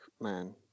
man